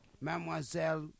mademoiselle